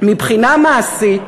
"מבחינה מעשית